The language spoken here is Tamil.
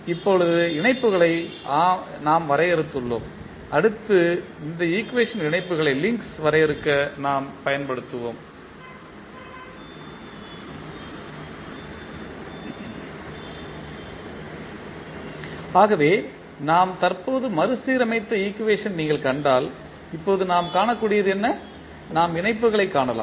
இப்போது இணைப்புகளை ஆம் வரையறுத்துள்ளோம் அடுத்து இந்த ஈக்குவேஷன் இணைப்புகளை வரையறுக்க நாம் பயன்படுத்துவோம் ஆகவே நாம் தற்போது மறுசீரமைத்த ஈக்குவேஷன் நீங்கள் கண்டால் இப்போது நாம் காணக்கூடியது என்ன நாம் இணைப்புகளைக் காணலாம்